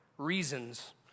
Reasons